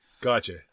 Gotcha